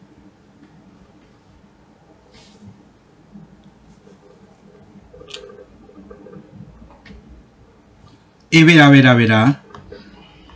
eh wait ah wait ah wait ah